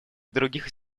других